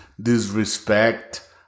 disrespect